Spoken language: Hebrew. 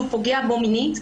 שהוא פוגע בו מינית,